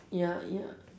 ya ya